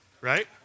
Right